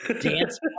dance